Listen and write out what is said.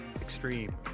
Extreme